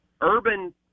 Urban